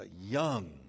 young